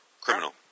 Criminal